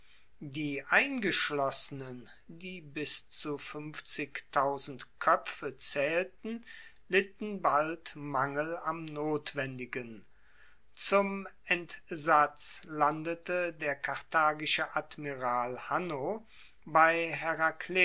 die eingeschlossenen die bis koepfe zaehlten litten bald mangel am notwendigen zum entsatz landete der karthagische admiral hanno bei